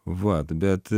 vat bet